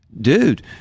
dude